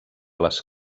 les